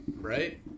right